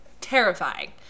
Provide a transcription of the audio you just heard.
Terrifying